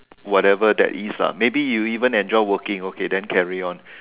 whatever that is ah maybe you even enjoy working okay that carry on